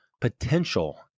potential